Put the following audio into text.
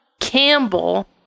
Campbell